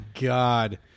God